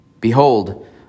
Behold